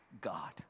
God